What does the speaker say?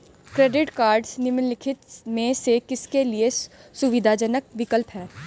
Credit cards निम्नलिखित में से किसके लिए सुविधाजनक विकल्प हैं?